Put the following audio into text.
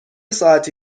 ساعتی